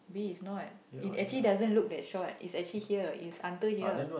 B it's not it actually doesn't look that short it's actually here it's until here